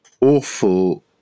awful